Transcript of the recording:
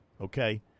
okay